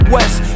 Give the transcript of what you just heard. West